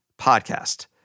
podcast